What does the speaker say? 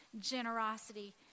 generosity